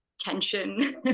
tension